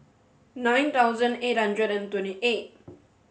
nine thousand eight hundred and twenty eight